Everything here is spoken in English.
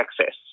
Access